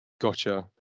gotcha